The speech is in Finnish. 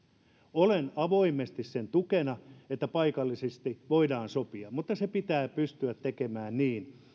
olen avoimesti sen tukena että paikallisesti voidaan sopia mutta se pitää pystyä tekemään niin